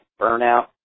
burnout